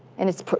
and it's,